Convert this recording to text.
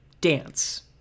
dance